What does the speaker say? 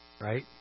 right